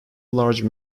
large